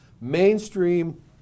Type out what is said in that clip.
mainstream